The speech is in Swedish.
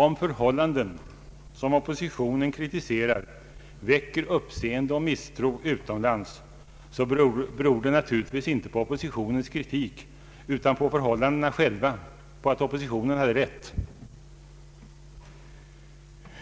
Om förhållanden som oppositionen kritiserar väcker uppseende och misstro utomlands, beror det naturligtvis inte på oppositionens kritik utan på förhållandena själva, på att oppositionen har rätt.